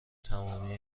تمامی